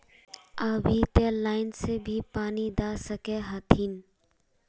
अभी ते लाइन से भी पानी दा सके हथीन?